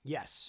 Yes